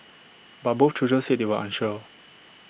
but both children said they were unsure